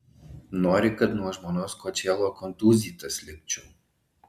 nori kad nuo žmonos kočėlo kontūzytas likčiau